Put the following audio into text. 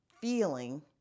feeling